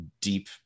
deep